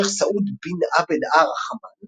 השייח סעוד בן עבד א-רחמאן